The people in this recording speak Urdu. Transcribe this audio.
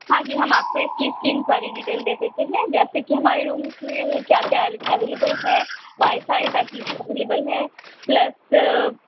ہاں جی ہم آپ کو اس چیز کی انکوائری ڈیٹیل دیے دیتے ہیں جیسے کہ ہمارے رومس میں کیا کیا اویلیبل ہے وائی فائی فیسلیٹی اویلیبل ہے پلس